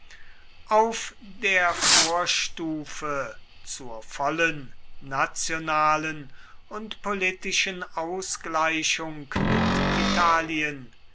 auf der vorstufe zur vollen nationalen und politischen ausgleichung mit italien